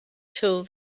till